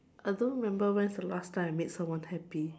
I don't remember when's the last time I made someone happy